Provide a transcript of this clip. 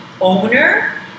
owner